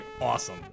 awesome